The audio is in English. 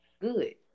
good